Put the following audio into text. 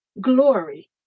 Glory